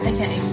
Okay